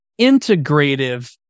integrative